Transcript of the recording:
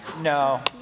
No